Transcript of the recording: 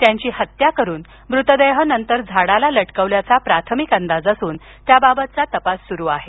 त्यांची हत्त्या करून मृतदेह नंतर झाडाला लटकविल्याचा प्राथमिक अंदाज असून तपास सुरु आहे